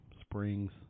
Springs